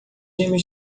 viemos